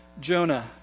Jonah